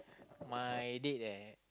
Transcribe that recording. my date eh